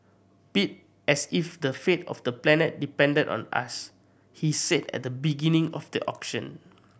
bid as if the fate of the planet depended on us he said at the beginning of the auction